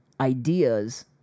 ideas